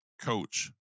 coach